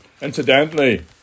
Incidentally